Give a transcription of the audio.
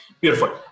beautiful